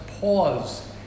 pause